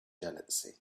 jealousy